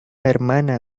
hermana